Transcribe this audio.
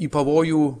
į pavojų